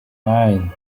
nine